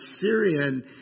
Syrian